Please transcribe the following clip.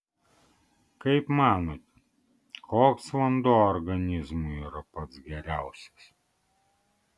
kaip manote koks vanduo organizmui yra pats geriausias